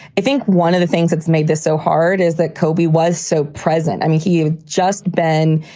i think one of the things that's made this so hard is that kobe was so present. i mean, he had just been,